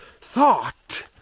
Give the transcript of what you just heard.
Thought